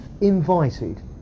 invited